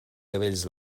cabells